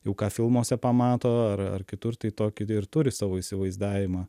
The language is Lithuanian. jau ką filmuose pamato ar ar kitur tai tokį ir turi savo įsivaizdavimą